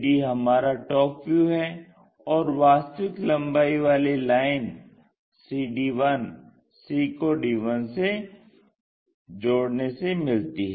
cd हमारा top view है और वास्तविक लम्बाई वाली लाइन c को d1 से जोड़ने से मिलती है